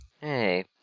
Hey